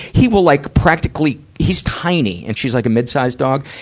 he will like practically, he's tiny. and she's like a mid-sized dog.